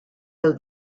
del